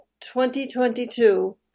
2022